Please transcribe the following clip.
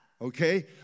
Okay